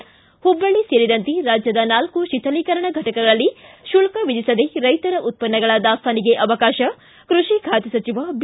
ಿ ಹುಬ್ಬಳ್ಳಿ ಸೇರಿದಂತೆ ರಾಜ್ಯದ ನಾಲ್ಕು ಶೀಥಲೀಕರಣ ಘಟಕಗಳಲ್ಲಿ ಶುಲ್ಕ ವಿಧಿಸದೇ ರೈತರ ಉತ್ಪನ್ನಗಳ ದಾಸ್ತಾನಿಗೆ ಅವಕಾಶ ಕೃಷಿ ಖಾತೆ ಸಚಿವ ಬಿ